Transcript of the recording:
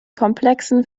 komplexen